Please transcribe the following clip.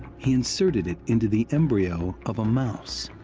he inserted it into the embryo of a mouse.